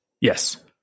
Yes